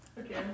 Okay